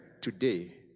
today